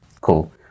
cool